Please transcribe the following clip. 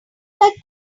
like